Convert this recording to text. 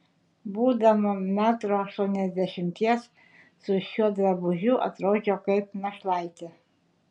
būdama metro aštuoniasdešimties su šiuo drabužiu atrodžiau kaip našlaitė